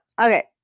okay